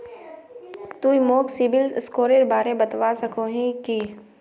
तुई मोक सिबिल स्कोरेर बारे बतवा सकोहिस कि?